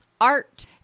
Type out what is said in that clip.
Art